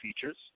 features